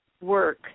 work